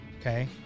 Okay